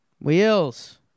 Wheels